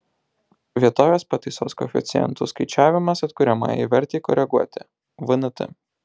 vietovės pataisos koeficientų skaičiavimas atkuriamajai vertei koreguoti vnt